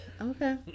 Okay